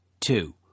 two